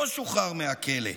לא שוחרר מהכלא.